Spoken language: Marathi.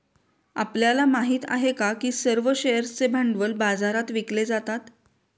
आपल्याला माहित आहे का की सर्व शेअर्सचे भांडवल बाजारात विकले जातात?